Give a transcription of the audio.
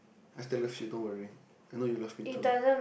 I still love you don't worry I know you love me too